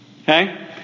Okay